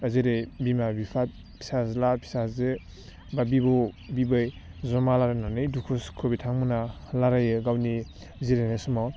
जेरै बिमा बिफा फिसाज्ला फिसाजो बा बिबौ बिबै जमा लारायनानै दुखु सुखु बिथांमोना लारायो गावनि जिरायनाय समाव